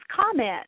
comment